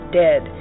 dead